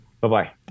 Bye-bye